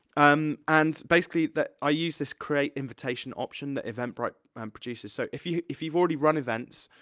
um and, basically, that i use this create invitation option that eventbrite um produces, so, if you've if you've already run events,